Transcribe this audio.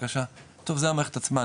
זה המערכת עצמה,